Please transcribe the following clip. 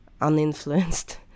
uninfluenced